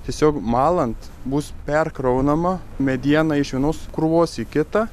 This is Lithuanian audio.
tiesiog malant bus perkraunama mediena iš vienos krūvos į kitą